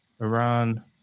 Iran